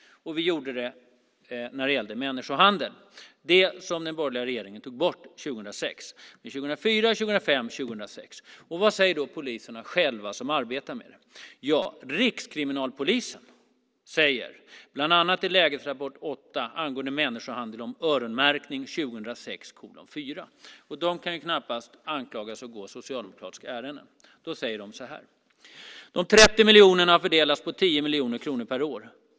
Vi införde detta när det gällde människohandeln 2004, 2005 och 2006. Den borgerliga regeringen tog sedan bort det 2006. Vad säger poliserna som själva arbetar med det? Rikskriminalpolisen, som ju knappast kan anklagas för att gå socialdemokratiska ärenden, säger bland annat i Lägesrapport 8, 2006:4 angående människohandel och öronmärkning så här: "De 30 miljonerna har fördelats på 10 miljoner kronor per år.